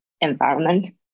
environment